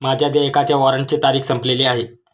माझ्या देयकाच्या वॉरंटची तारीख संपलेली आहे